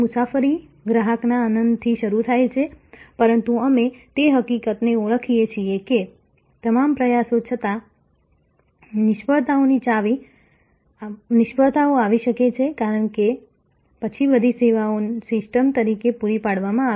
મુસાફરી ગ્રાહકના આનંદથી શરૂ થાય છે પરંતુ અમે એ હકીકતને ઓળખીએ છીએ કે તમામ પ્રયાસો છતાં નિષ્ફળતાઓ આવી શકે છે કારણ કે પછી બધી સેવાઓ સિસ્ટમ તરીકે પૂરી પાડવામાં આવે